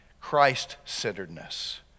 Christ-centeredness